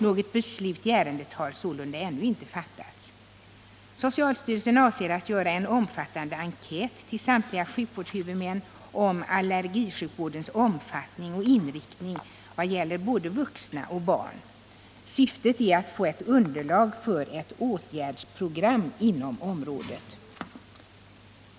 Något beslut i ärendet har sålunda ännu inte fattats. Socialstyrelsen avser att göra en omfattande enkät till samtliga sjukvårdshuvudmän om allergisjukvårdens omfattning och inriktning vad gäller både vuxna och barn. Syftet är att få ett underlag för ett åtgärdsprogram inom området.